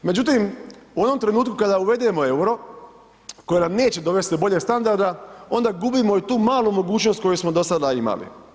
Međutim, u onom trenutku kada uvedemo EUR-o koji nam neće dovesti do boljeg standarda onda gubimo i tu malu mogućnost koju smo do sada imali.